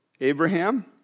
Abraham